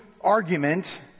argument